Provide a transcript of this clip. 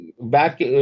back